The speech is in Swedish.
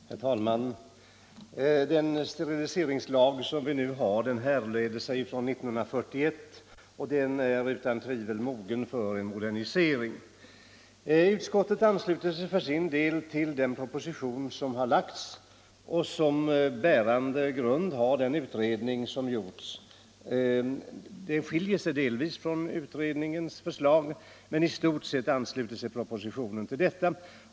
Herr talman! Den steriliseringslag som vi nu har härrör från 1941, och den är utan tvivel mogen för en modernisering. Utskottet ansluter sig för sin del till den framlagda propositionen, vars bärande grund är den utredning som gjorts i frågan. Propositionen skiljer sig delvis från utredningens förslag men ansluter ändå i stort till detta.